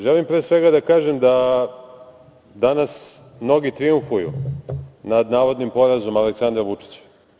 Želim pre svega da kažem da danas mnogi trijumfuju nad navodnim porazom Aleksandra Vučića.